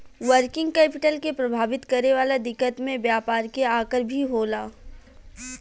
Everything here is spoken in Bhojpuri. वर्किंग कैपिटल के प्रभावित करे वाला दिकत में व्यापार के आकर भी होला